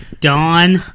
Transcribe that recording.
Dawn